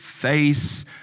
face